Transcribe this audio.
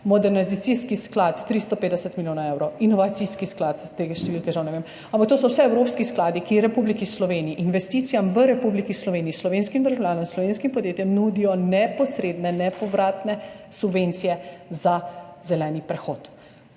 Modernizacijski sklad 350 milijonov evrov, inovacijski sklad, te številke žal ne vem, ampak to so vse evropski skladi, ki Republiki Sloveniji, investicijam v Republiki Sloveniji, slovenskim državljanom, slovenskim podjetjem nudijo neposredne, nepovratne subvencije za zeleni prehod.